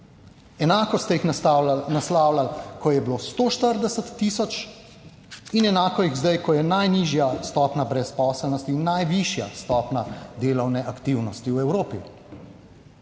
Enako ste jih naslavljali, ko je bilo 140 tisoč, in enako jih zdaj, ko je najnižja stopnja brezposelnosti in najvišja stopnja delovne aktivnosti v Evropi.